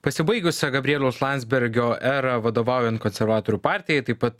pasibaigusią gabrieliaus landsbergio erą vadovaujant konservatorių partijai taip pat